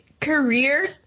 career